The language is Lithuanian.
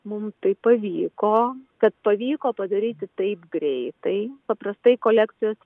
mums tai pavyko kad pavyko padaryti taip greitai paprastai kolekcijos